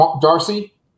Darcy